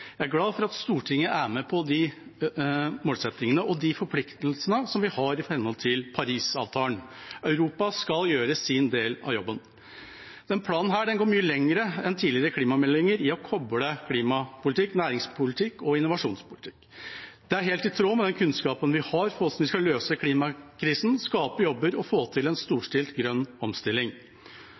Jeg er glad for at Stortinget er med på de målsettingene og forpliktelsene vi har i henhold til Parisavtalen. Europa skal gjøre sin del av jobben. Denne planen går mye lenger enn tidligere klimameldinger i å koble klimapolitikk, næringspolitikk og innovasjonspolitikk. Det er helt i tråd med den kunnskapen vi har for hvordan vi skal løse klimakrisen, skape jobber og få til en storstilt grønn omstilling.